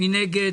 מי נגד?